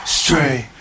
straight